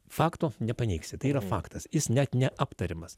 fakto nepaneigsi tai yra faktas jis net neaptariamas